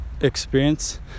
experience